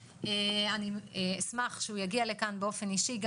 אני אשמח שהוא יגיע לכאן באופן אישי.